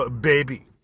baby